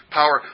power